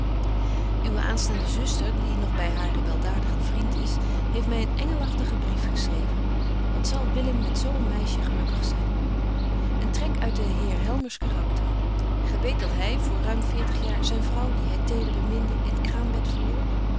uwe aanstaande zuster die nog by haren weldadigen vriend is heeft my een engelagtigen brief geschreven wat zal willem met zo een meisje gelukkig zyn een trek uit den heer helmers karakter gy weet dat hy voor ruim veertig jaar zyn vrouw die hy teder beminde in t kraambed verloor